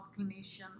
clinician